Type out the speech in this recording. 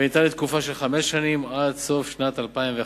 רצוני לשאול: